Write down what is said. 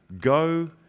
go